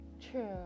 true